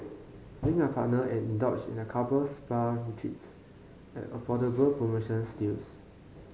bring a partner and indulge in a couple spa retreats at affordable promotional steals